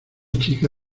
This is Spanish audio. chica